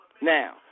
Now